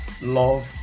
Love